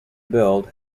build